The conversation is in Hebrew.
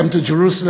Welcome to Jerusalem,